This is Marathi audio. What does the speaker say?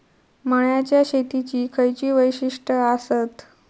मळ्याच्या शेतीची खयची वैशिष्ठ आसत?